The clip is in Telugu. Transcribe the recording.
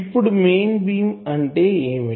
ఇప్పుడు మెయిన్ బీమ్ అంటే ఏమిటి